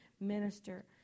minister